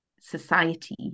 society